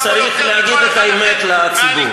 צריך להגיד את האמת לציבור.